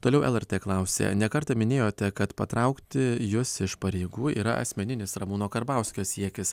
toliau lrt klausė ne kartą minėjote kad patraukti jus iš pareigų yra asmeninis ramūno karbauskio siekis